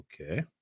Okay